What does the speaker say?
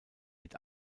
mit